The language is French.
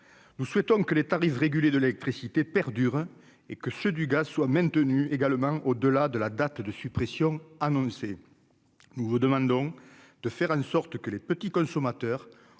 nous souhaitons que les tarifs régulés de l'électricité perdure et que ceux du gaz soit maintenue également au-delà de la date de suppression annoncée, nous vous demandons de faire en sorte que les petits consommateurs